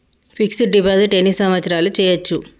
Fix డ్ deposit ఎన్ని సంవత్సరాలు చేయచ్చు?